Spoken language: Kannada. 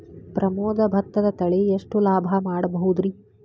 ಪ್ರಮೋದ ಭತ್ತದ ತಳಿ ಎಷ್ಟ ಲಾಭಾ ಮಾಡಬಹುದ್ರಿ?